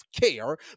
care